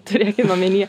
turėkim omenyje